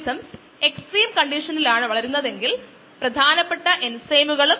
ആദ്യത്തെ കേസിൽ സബ്സ്ട്രേറ്റ് മൂല്യത്തേക്കാൾ വളരെ കൂടുതലാണ് Ks മൂല്യം